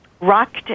rocked